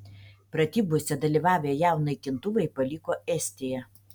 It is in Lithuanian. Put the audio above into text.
pratybose dalyvavę jav naikintuvai paliko estiją